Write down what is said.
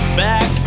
back